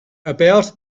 about